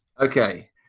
Okay